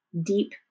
deep